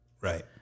Right